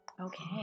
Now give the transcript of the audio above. Okay